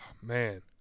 man